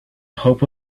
hope